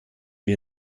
wir